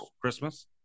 Christmas